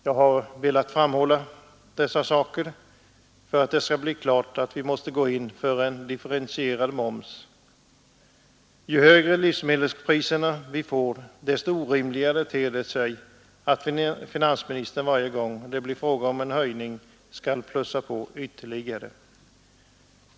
Jag har velat framhålla detta för att göra klart att vi bör gå in för en differentierad moms. Ju högre livsmedelspriser vi får desto orimligare ter det sig att finansministern varje gång det blir fråga om en höjning skall plussa på ytterligare.